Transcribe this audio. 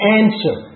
answer